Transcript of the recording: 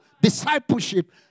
discipleship